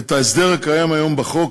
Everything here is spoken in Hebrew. את ההסדר הקיים היום בחוק